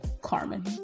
Carmen